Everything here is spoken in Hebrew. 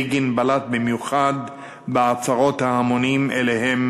בגין בלט במיוחד בעצרות ההמונים שאליהן